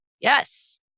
Yes